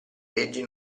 leggi